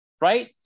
Right